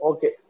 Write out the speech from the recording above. Okay